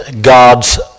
God's